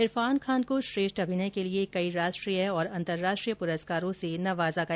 इरफान खान को श्रेष्ठ अभिनय के लिए कई राष्ट्रीय अंतर्राष्ट्रीय पुरस्कारों से नवाजा गया